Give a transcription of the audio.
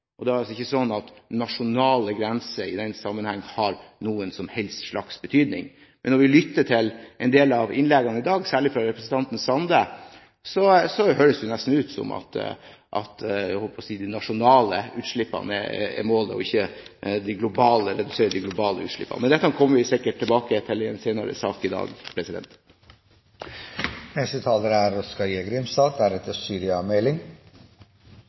problem. Det er altså ikke sånn at nasjonale grenser i den sammenheng har noen som helst slags betydning. Når man lytter til en del av innleggene i dag, særlig fra representanten Sande, høres det nesten ut som om de nasjonale utslippene er målet, ikke å redusere de globale utslippene. Dette kommer vi sikkert tilbake til i en sak senere i dag. Innleiingsvis vil eg òg vere tydeleg på at konsesjonane som blir gitt til Martin Linge-feltet i dag, er